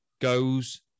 goes